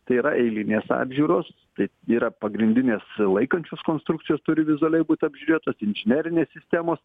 tai yra eilinės apžiūros tai yra pagrindinės laikančios konstrukcijos turi vizualiai būti apžiūrėtos inžinerinės sistemos